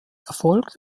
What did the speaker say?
erfolgt